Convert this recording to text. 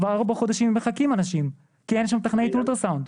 כבר ארבעה חודשים אנשים מחכים כי אין שם טכנאית אולטרסאונד.